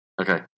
Okay